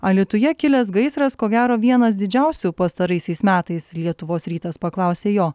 alytuje kilęs gaisras ko gero vienas didžiausių pastaraisiais metais lietuvos rytas paklausė jo